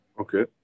Okay